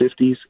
50s